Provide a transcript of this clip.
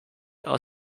are